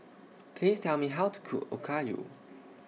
Please Tell Me How to Cook Okayu